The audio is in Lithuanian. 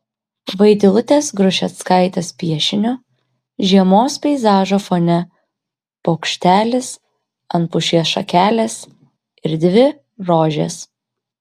vaidilutės grušeckaitės piešiniu žiemos peizažo fone paukštelis ant pušies šakelės ir dvi rožės